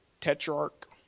Tetrarch